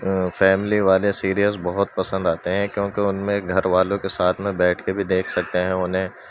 family والے series بہت پسند آتے ہیں کیونکہ ان میں گھر والوں کے ساتھ میں بیٹھ کے بھی دیکھ سکتے ہیں انہیں